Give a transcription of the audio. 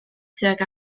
tuag